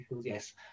yes